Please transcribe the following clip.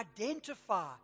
identify